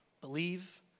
Believe